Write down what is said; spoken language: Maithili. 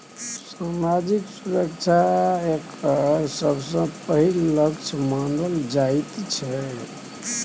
सामाजिक सुरक्षा एकर सबसँ पहिल लक्ष्य मानल जाइत छै